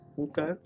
okay